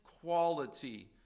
quality